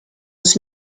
was